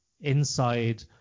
inside